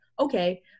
okay